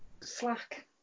slack